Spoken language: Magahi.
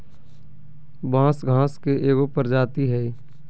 बांस घास के एगो प्रजाती हइ